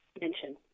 mention